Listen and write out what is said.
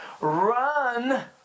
Run